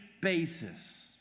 basis